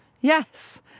Yes